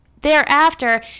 thereafter